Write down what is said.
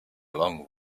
long